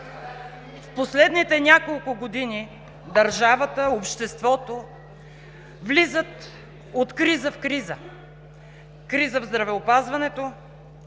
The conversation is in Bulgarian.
в последните няколко години държавата, обществото влизат от криза в криза: криза в здравеопазването,